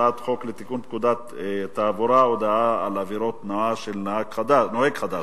הצעת חוק לתיקון פקודת התעבורה (הודעה על עבירות תנועה של נוהג חדש),